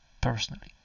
Personally